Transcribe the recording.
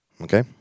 Okay